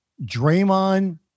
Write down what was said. Draymond